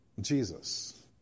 Jesus